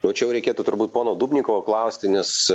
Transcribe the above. nu čia jau reikėtų turbūt pono dubnikovo klausti nes